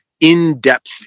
in-depth